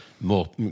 more